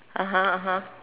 (uh huh) (uh huh)